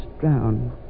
drowned